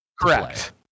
Correct